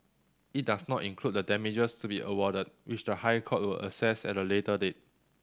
it does not include the damages to be awarded which the High Court will assess at a later date